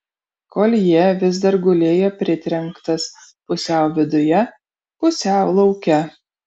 koljė vis dar gulėjo pritrenktas pusiau viduje pusiau lauke